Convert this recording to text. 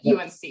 UNC